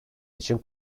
için